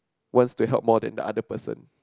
wants to help more than the other person